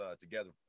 together